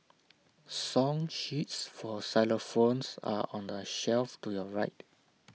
song sheets for xylophones are on the shelf to your right